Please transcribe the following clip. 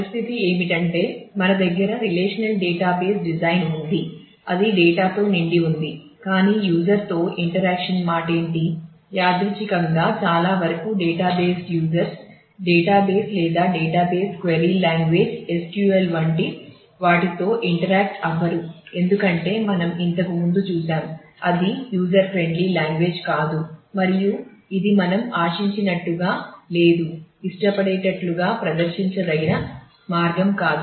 పరిస్థితి ఏమిటంటే మన దగ్గర రిలేషనల్ డేటాబేస్ డిజైన్ ఉంది కాదు మరియు ఇది మనం ఆశించినట్టుగా లేదా ఇష్టపడేట్టు గా ప్రదర్శించదగిన మార్గం కాదు